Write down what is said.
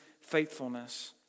faithfulness